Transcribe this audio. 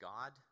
God